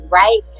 right